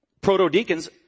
proto-deacons